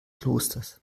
klosters